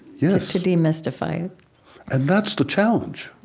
yes to demystify it and that's the challenge.